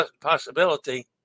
possibility